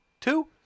Two